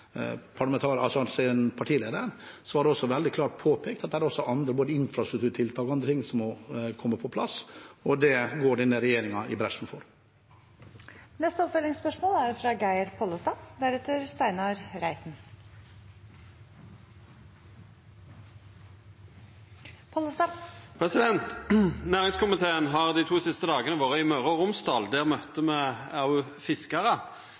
partileder, ble det påpekt veldig klart at det også er andre ting, både infrastrukturtiltak og annet, som må komme på plass, og det går denne regjeringen i bresjen for. Geir Pollestad – til oppfølgingsspørsmål. Næringskomiteen har dei to siste dagane vore i Møre og Romsdal. Der møtte me òg fiskarar.